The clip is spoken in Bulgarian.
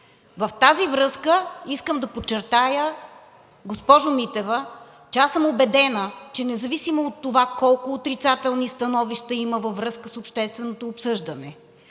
с това искам да подчертая, госпожо Митева, че съм убедена, че независимо от това колко отрицателни становища има във връзка с общественото обсъждане,